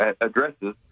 addresses